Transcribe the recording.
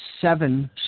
seven